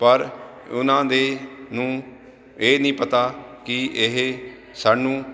ਪਰ ਉਹਨਾਂ ਦੇ ਨੂੰ ਇਹ ਨਹੀਂ ਪਤਾ ਕਿ ਇਹ ਸਾਨੂੰ